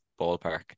ballpark